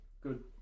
good